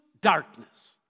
darkness